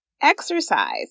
Exercise